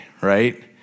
right